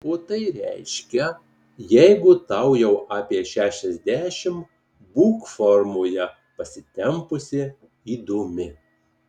o tai reiškia jeigu tau jau apie šešiasdešimt būk formoje pasitempusi įdomi